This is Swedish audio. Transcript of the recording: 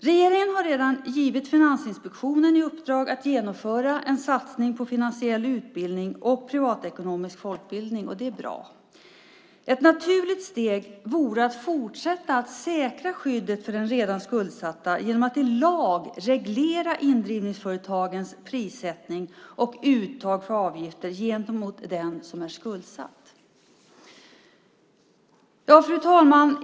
Regeringen har redan givit Finansinspektionen i uppdrag att genomföra en satsning på finansiell utbildning och privatekonomisk folkbildning. Det är bra. Ett naturligt steg vore att fortsätta med att säkra skyddet för den redan skuldsatte genom att i lag reglera indrivningsföretagens prissättning och uttag av avgifter gentemot den som är skuldsatt. Fru talman!